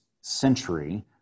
century